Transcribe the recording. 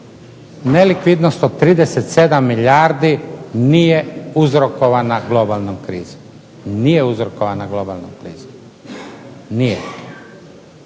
nelikvidnost od 37 milijardi nije uzrokovana globalnom krizom, nije uzrokovana globalnom krizom, nije.